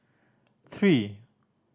three